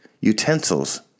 utensils